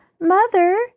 Mother